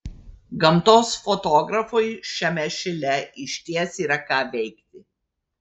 gamtos fotografui šiame šile išties yra ką veikti